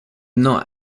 not